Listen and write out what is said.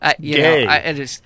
gay